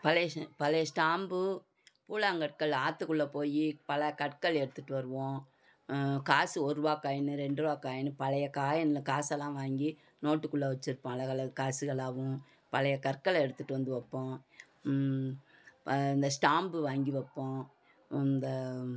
பழைசு பழைய ஸ்டாம்பு கூழாங்கற்கள் ஆற்றுக்குள்ள போய் பல கற்கள் எடுத்துட்டு வருவோம் காசு ஒருபா காய்ன்னு ரெண்டுருவா காய்ன்னு பழைய காயின்ல காசெல்லாம் வாங்கி நோட்டுக்குள்ள வச்சிருப்போம் அழகலகு காசுகளாகவும் பழைய கற்கள் எடுத்துட்டு வந்து வைப்போம் அந்த ஸ்டாம்பு வாங்கி வைப்போம் அந்த